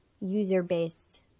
user-based